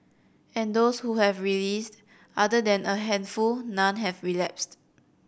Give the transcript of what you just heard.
and those who have released other than a handful none have relapsed